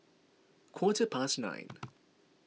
quarter past nine